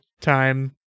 time